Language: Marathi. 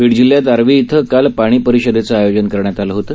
बीड जिल्ह्यात आर्वी इथं काल पाणी परिषदेचं आयोजन करण्यात आलं होतं